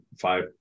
five